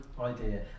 idea